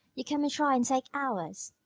you come and try and take ours.